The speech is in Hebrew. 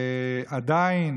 ועדיין